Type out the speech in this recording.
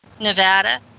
Nevada